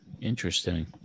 Interesting